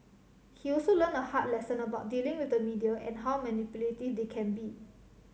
he also learned a hard lesson about dealing with the media and how manipulative they can be